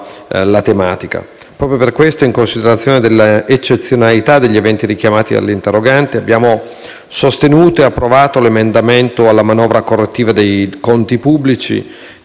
Proprio per questo e in considerazione dell'eccezionalità degli eventi richiamati dall'interrogante, abbiamo sostenuto e approvato l'emendamento alla manovra correttiva dei conti pubblici,